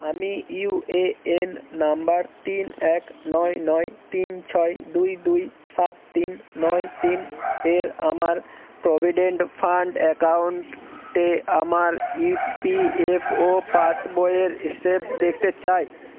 আমি UAN number তিন এক নয় নয় তিন ছয় দুই দুই সাত তিন নয় তিন এর আমার প্রভিডেন্ট ফান্ড অ্যাকাউন্টে আমার ইপিএফও পাসবইয়ের হিসেব দেখতে চাই